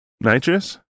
nitrous